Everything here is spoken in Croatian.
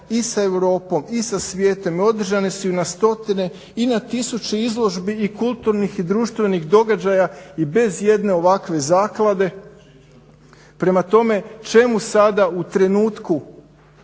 i sa Europom i sa svijetom, i održane su i na stotine i na tisuće izložbi i kulturnih i društvenih događaja i bez jedne ovakve zaklade. Prema tome, čemu sada u trenutku,